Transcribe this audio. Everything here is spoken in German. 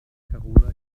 karola